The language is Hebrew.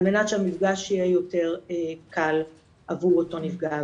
על מנת שהמפגש יהיה יותר קל עבור אותו נפגע עבירה.